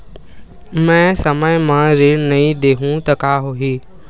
मैं समय म ऋण नहीं देहु त का होही